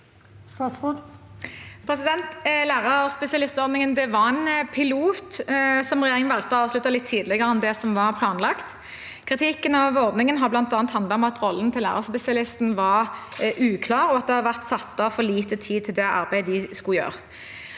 Nordtun Lærerspe- sialistordningen var en pilot som regjeringen valgte å avslutte litt tidligere enn det som var planlagt. Kritikken av ordningen har bl.a. handlet om at rollen til lærerspesialisten var uklar, og at det har vært satt av for lite tid til det arbeidet de skulle gjøre.